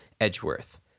Edgeworth